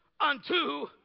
unto